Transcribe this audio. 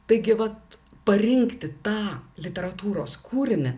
taigi vat parinkti tą literatūros kūrinį